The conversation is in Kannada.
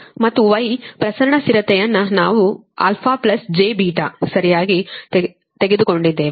ಮತ್ತು ಪ್ರಸರಣ ಸ್ಥಿರತೆಯನ್ನು ನಾವು αjβ ಸರಿಯಾಗಿ ತೆಗೆದುಕೊಂಡಿದ್ದೇವೆ